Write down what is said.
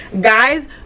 guys